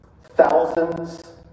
thousands